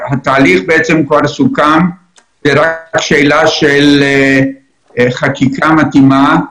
התהליך כבר סוכם ונשארה רק השאלה של חקיקה מתאימה.